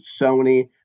Sony